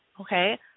Okay